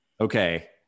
Okay